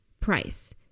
price